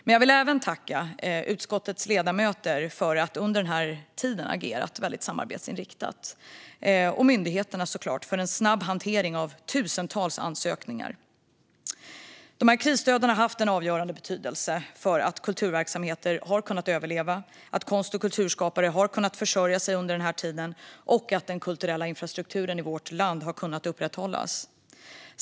Men jag vill även tacka utskottets ledamöter för att under den här tiden ha agerat väldigt samarbetsinriktat. Jag vill såklart också tacka myndigheterna för en snabb hantering av tusentals ansökningar. Krisstöden har haft en avgörande betydelse för att kulturverksamheter har kunnat överleva, att konst och kulturskapare har kunnat försörja sig under den här tiden och att den kulturella infrastrukturen i vårt land har kunnat upprätthållas.